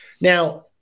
Now